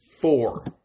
four